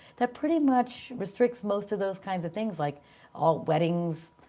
that pretty much restricts most of those kinds of things. like all weddings,